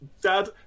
Dad